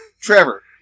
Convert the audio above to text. Trevor